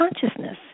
Consciousness